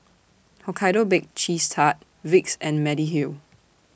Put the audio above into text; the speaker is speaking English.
Hokkaido Baked Cheese Tart Vicks and Mediheal